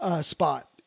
spot